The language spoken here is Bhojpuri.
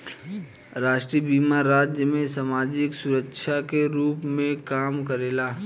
राष्ट्रीय बीमा राज्य में सामाजिक सुरक्षा के रूप में काम करेला